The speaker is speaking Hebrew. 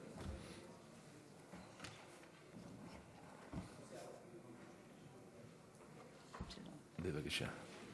בבקשה.